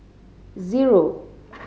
zero